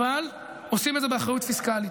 אבל עושים את זה באחריות פיסקלית,